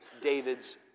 David's